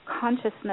consciousness